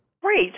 Great